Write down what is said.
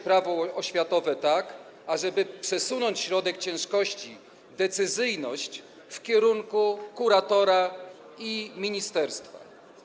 Prawo oświatowe tak, ażeby przesunąć środek ciężkości, decyzyjność w kierunku kuratora i ministerstwa.